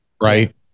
Right